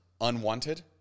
unwanted